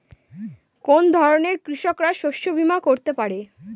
কোন ধরনের কৃষকরা শস্য বীমা করতে পারে?